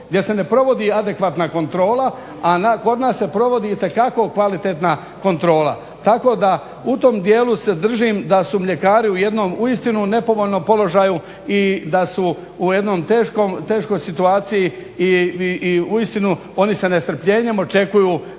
gdje se ne provodi adekvatna kontrola a kod nas se provodi itekako kvalitetna kontrola tako da u tom dijelu se držim da su mljekari u jednom uistinu nepovoljnom položaju i da su u jednoj teškoj situaciji i uistinu oni s nestrpljenjem očekuju da im